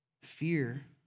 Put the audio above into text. Fear